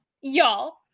y'all